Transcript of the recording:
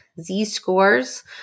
Z-scores